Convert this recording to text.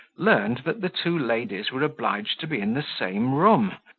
learned that the two ladies were obliged to be in the same room,